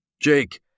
Jake